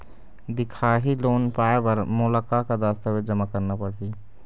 दिखाही लोन पाए बर मोला का का दस्तावेज जमा करना पड़ही?